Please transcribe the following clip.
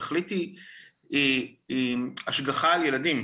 התכלית היא השגחה על ילדים.